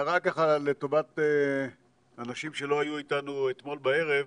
הערה לטובת אנשים שלא היו איתנו אתמול בערב.